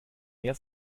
mehr